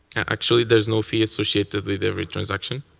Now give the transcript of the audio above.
actually, there's no fee associated with every transaction.